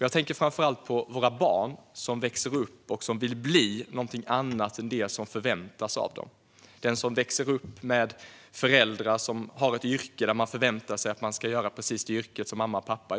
Jag tänker framför allt på våra barn som växer upp och som vill bli någonting annat än det som förväntas av dem, på dem som växer upp med föräldrar som har ett yrke och som förväntas ha samma yrke som mamma och pappa.